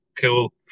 cool